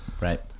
Right